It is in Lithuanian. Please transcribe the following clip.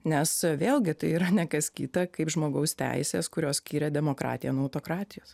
nes vėlgi tai yra ne kas kita kaip žmogaus teisės kurios skiria demokratiją nuo autokratijos